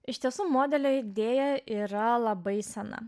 iš tiesų modelio idėja yra labai sena